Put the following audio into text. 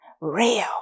Real